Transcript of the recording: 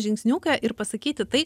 žingsniuką ir pasakyti tai